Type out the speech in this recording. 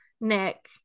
Nick